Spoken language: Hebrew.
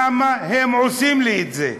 למה הם עושים לי את זה?